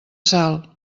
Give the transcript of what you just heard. salt